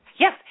Yes